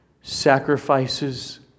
sacrifices